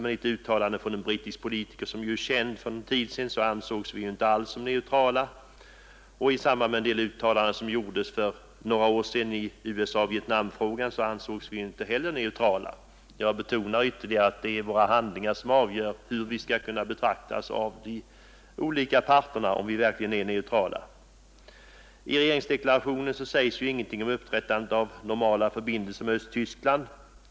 I ett känt uttalande av en brittisk politiker för någon tid sedan ansågs vi ju inte alls som neutrala, och i en del uttalanden som gjordes för några år sedan i USA-Vietnamfrågan ansågs vi inte heller som neutrala. Jag betonar ytterligare att det är våra handlingar som avgör hur vi skall bli betraktade av de olika parterna. I regeringsdeklarationen sägs ingenting om upprättandet av normala förbindelser med Östtyskland.